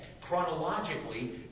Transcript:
chronologically